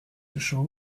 show